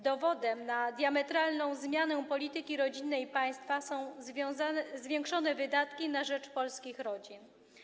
Dowodem na diametralną zmianę polityki rodzinnej państwa są zwiększone wydatki na rzecz polskich rodzin.